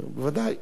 בוודאי.